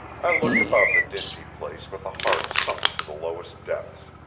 i looked about the dingy place with a heart sunk to the lowest depths.